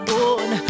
on